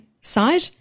side